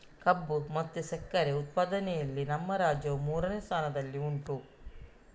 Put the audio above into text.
ಕಬ್ಬು ಮತ್ತೆ ಸಕ್ಕರೆ ಉತ್ಪಾದನೆಯಲ್ಲಿ ನಮ್ಮ ರಾಜ್ಯವು ಮೂರನೇ ಸ್ಥಾನದಲ್ಲಿ ಉಂಟು